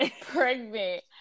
pregnant